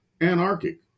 anarchic